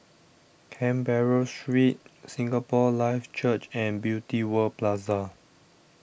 Canberra Street Singapore Life Church and Beauty World Plaza